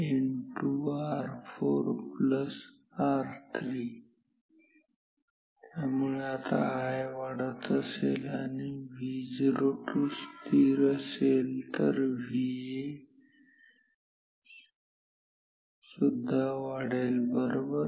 VA Vo2 IR4R3 त्यामुळे आता I वाढत असेल आणि Vo2 स्थिर असेल तर VA सुद्धा वाढेल बरोबर